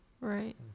Right